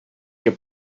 heb